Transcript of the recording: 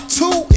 two